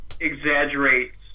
exaggerates